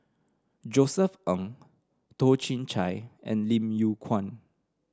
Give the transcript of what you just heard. Josef Ng Toh Chin Chye and Lim Yew Kuan